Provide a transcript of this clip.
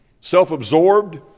self-absorbed